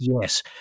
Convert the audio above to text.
Yes